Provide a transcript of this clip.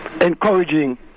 encouraging